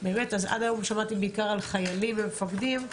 אז עד היום שמעתי בעיקר על חיילים ומפקדים,